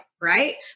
right